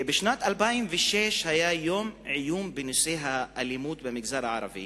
בשנת 2006 היה יום עיון בנושא האלימות במגזר הערבי,